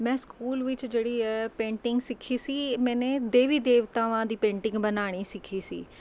ਮੈਂ ਸਕੂਲ ਵਿੱਚ ਜਿਹੜੀ ਹੈ ਪੇਂਟਿੰਗ ਸਿੱਖੀ ਸੀ ਮੈਨੇ ਦੇਵੀ ਦੇਵਤਾਵਾਂ ਦੀ ਪੇਂਟਿੰਗ ਬਣਾਉਣੀ ਸਿੱਖੀ ਸੀ